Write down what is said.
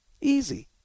Easy